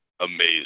amazing